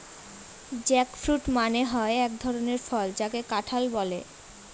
jackfruit মানে হয় এক ধরনের ফল যাকে কাঁঠাল বলে